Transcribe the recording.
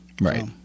Right